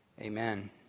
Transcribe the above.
amen